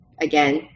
again